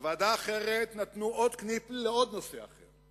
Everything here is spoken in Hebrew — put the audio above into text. בוועדה אחרת נתנו עוד "קניפעל", לעוד נושא אחר,